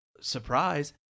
surprise